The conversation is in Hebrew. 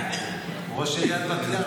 הוא ראש עיריית בת ים.